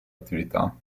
attività